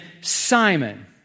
Simon